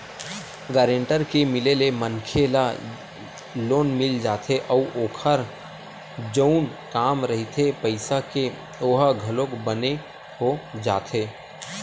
guarantor के मिले ले मनखे ल लोन मिल जाथे अउ ओखर जउन काम रहिथे पइसा के ओहा घलोक बने हो जाथे